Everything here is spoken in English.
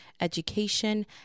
education